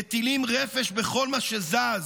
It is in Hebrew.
מטילים רפש בכל מה שזז